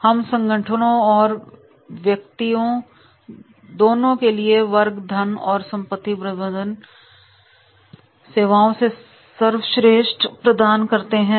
हम संगठनों और व्यक्तियों दोनों के लिए वर्ग धन और संपत्ति प्रबंधन सेवाओं में सर्वश्रेष्ठ प्रदान करते हैं